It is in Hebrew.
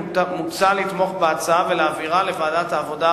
מוצע לתמוך בהצעה ולהעבירה לוועדת העבודה,